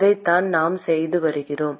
அதைத்தான் நாம் செய்து வருகிறோம்